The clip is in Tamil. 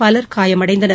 பலர் காயமடைந்தனர்